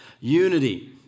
Unity